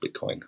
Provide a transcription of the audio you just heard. Bitcoin